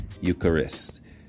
Eucharist